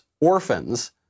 orphans